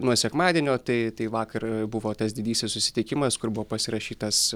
nuo sekmadienio tai tai vakar buvo tas didysis susitikimas kur buvo pasirašytas